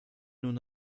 nun